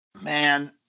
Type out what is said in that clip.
man